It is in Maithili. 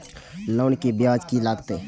लोन के ब्याज की लागते?